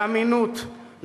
לאמינות,